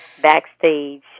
backstage